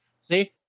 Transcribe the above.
See